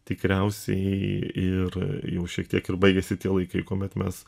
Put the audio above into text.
tikriausiai ir jau šiek tiek ir baigėsi tie laikai kuomet mes